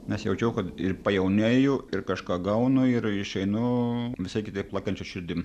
nes jaučiau kad ir pajaunėju ir kažką gaunu ir išeinu visai kitaip plakančia širdim